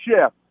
chef